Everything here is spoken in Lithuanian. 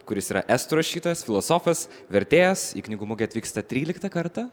kuris yra estų rašytojas filosofas vertėjas į knygų mugę atvyksta tryliktą kartą